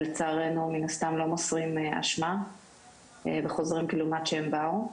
ולצערנו מן הסתם לא מוסרים אשמה וחוזרים כלעומת שבאו.